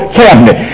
cabinet